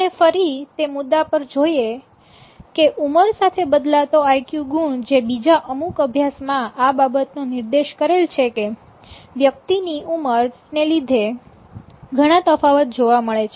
આપણે ફરી તે મુદ્દા પર જોઈએ કે ઉંમર સાથે બદલાતો આઇકયુ ગુણ જે બીજા અમુક અભ્યાસ માં આ બાબતનો નિર્દેશ કરેલ છે કે વ્યક્તિની ઉમર ને લીધે ઘણા તફાવત જોવા મળેલ છે